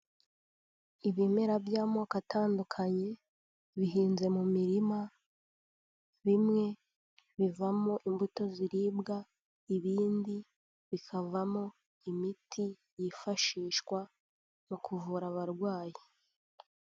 Ibimera by'amoko atandukanye bihinze mu mirima bimwe bivamo imbuto ziribwa ibindi bikavamo imiti yifashishwa mu kuvura abarwayi.